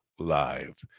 live